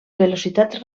velocitats